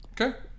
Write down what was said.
Okay